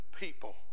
people